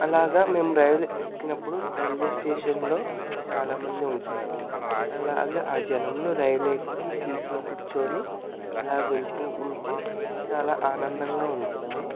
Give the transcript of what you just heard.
అలాగా మేము రైల్ ఎక్కినప్పుడు రైల్వేస్టేషన్లో చాలామంది ఉంటారు అలాగే ఆ జనంలో రైలు ఎక్కి సీట్లో కూర్చొని అలా వెళ్తూ ఉంటే చాలా ఆనందంగా ఉంటుంది